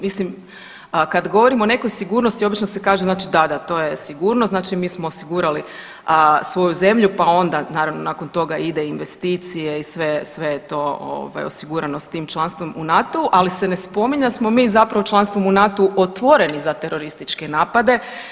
Mislim, a kad govorimo o nekoj sigurnosti obično se kaže znači da, da to je sigurnost, znači mi smo osigurali svoju zemlju, pa onda naravno nakon toga ide investicije i sve, sve je to ovaj osigurano s tim članstvom u NATO-u, ali se ne spominje da smo mi zapravo članstvom u NATO-u otvoreni za terorističke napade.